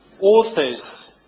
author's